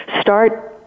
start